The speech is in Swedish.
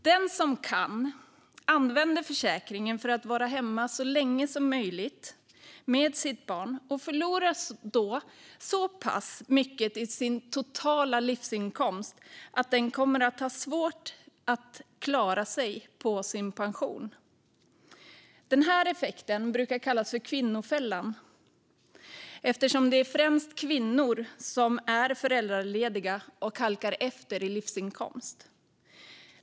Den som kan använder försäkringen för att vara hemma så länge som möjligt med sitt barn och förlorar då så pass mycket i sin totala livsinkomst att den kommer att ha svårt att klara sig på sin pension. Den här effekten brukar kallas för kvinnofällan eftersom det främst är kvinnor som är föräldralediga och halkar efter i livsinkomst.